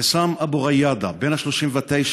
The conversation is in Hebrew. עסאם אבו גיאדה בן ה-39,